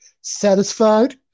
satisfied